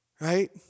right